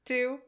Two